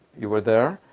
you were there.